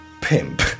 Pimp